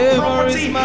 property